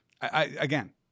Again